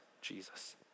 Jesus